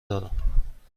دارم